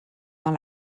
dans